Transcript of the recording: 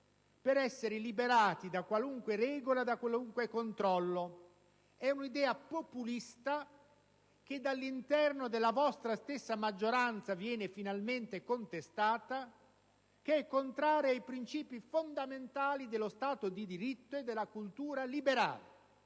per essere liberati da qualunque regola e da qualunque controllo. È un'idea populista, che dall'interno della vostra stessa maggioranza viene finalmente contestata, contraria ai principi fondamentali dello Stato di diritto e della cultura liberale,